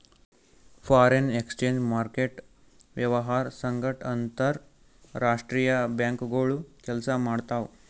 foreign exchange market ವ್ಯವಹಾರ್ ಸಂಗಟ್ ಅಂತರ್ ರಾಷ್ತ್ರೀಯ ಬ್ಯಾಂಕ್ಗೋಳು ಕೆಲ್ಸ ಮಾಡ್ತಾವ್